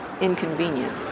inconvenient